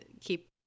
keep